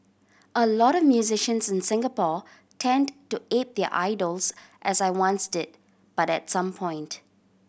a lot of musicians in Singapore tend to ape their idols as I once did but at some point